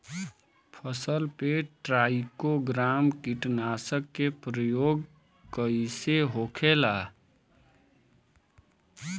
फसल पे ट्राइको ग्राम कीटनाशक के प्रयोग कइसे होखेला?